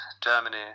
Germany